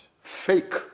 fake